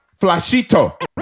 Flashito